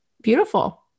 beautiful